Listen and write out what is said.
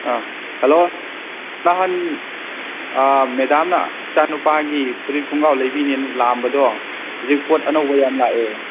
hello ꯅꯍꯥꯟ ꯃꯦꯗꯥꯝꯅ ꯏꯆꯥꯅꯨꯄꯥꯒꯤ ꯐꯨꯔꯤꯠ ꯈꯨꯡꯒꯥꯎ ꯂꯩꯕꯤꯅꯦꯅ ꯂꯥꯛꯑꯝꯕꯗꯣ ꯍꯧꯖꯤꯛ ꯄꯣꯠ ꯑꯅꯧꯕ ꯌꯥꯝ ꯂꯥꯛꯑꯦ